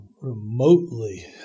remotely